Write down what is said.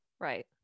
right